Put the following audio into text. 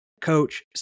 coach